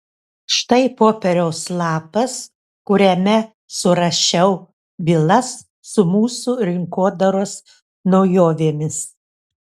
štai popieriaus lapas kuriame surašiau bylas su mūsų rinkodaros naujovėmis